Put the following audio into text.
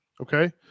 Okay